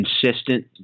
consistent